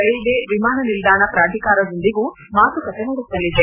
railway ವಿಮಾನ ನಿಲ್ದಾಣ ಪ್ರಾಧಿಕಾರದೊಂದಿಗೂ ಮಾತುಕತೆ ನಡೆಸಲಿದೆ